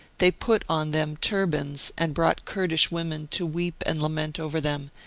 they put on them turbans and brought kurdish women to weep and lament over them,